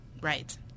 Right